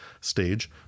stage